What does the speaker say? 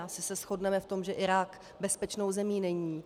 Asi se shodneme, že Irák bezpečnou zemí není.